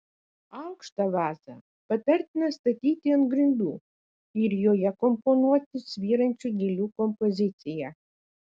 aukštą vazą patartina statyti ant grindų ir joje komponuoti svyrančių gėlių kompoziciją